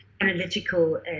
analytical